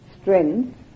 strength